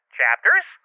chapters